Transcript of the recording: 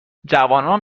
جوانان